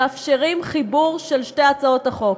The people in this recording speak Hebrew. מאפשרים חיבור של שתי הצעות החוק.